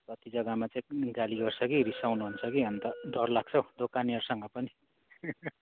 कति जगामा चाहिँ गाली गर्छ कि रिसाउनु हुन्छ कि अन्त डर लाग्छौ दोकानेहरूसँग पनि